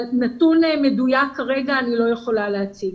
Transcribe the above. נתון מדויק כרגע אני לא יכולה להציג.